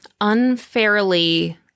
unfairly